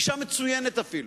מצוינת אפילו.